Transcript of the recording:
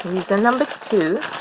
reason number two